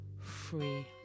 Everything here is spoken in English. free